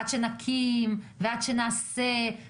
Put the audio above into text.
עד שנקים ונעשה,